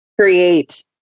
create